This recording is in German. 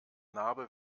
narbe